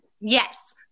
Yes